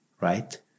Right